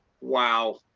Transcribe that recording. Wow